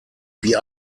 wie